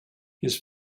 his